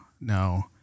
no